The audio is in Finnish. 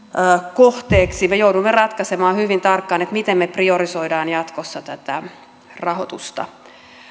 kohteeksi me joudumme ratkaisemaan hyvin tarkkaan miten me priorisoimme jatkossa tätä rahoitusta